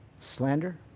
Slander